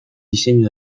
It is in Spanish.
diseño